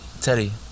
Teddy